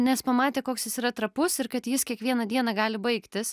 nes pamatė koks jis yra trapus ir kad jis kiekvieną dieną gali baigtis